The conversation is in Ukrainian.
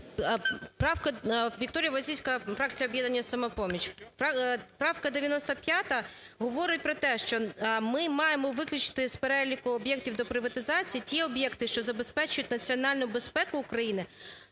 В.М. ВікторіяВойціцька, фракція "Об'єднання "Самопоміч". Правка 95 говорить про те, що ми маємо виключити з переліку об'єктів до приватизації ті об'єкти, що забезпечують національну безпеку України